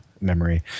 memory